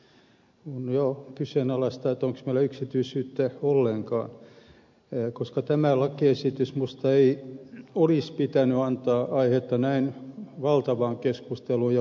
on jo kyseenalaista onko meillä yksityisyyttä ollenkaan koska tämän lakiesityksen ei minusta olisi pitänyt antaa aihetta näin valtavaan keskusteluun joka on tapahtunut